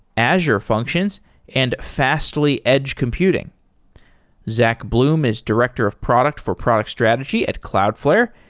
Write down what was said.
azure functions and fastly edge computing zack bloom is director of product for product strategy at cloudflare,